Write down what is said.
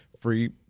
free